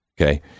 Okay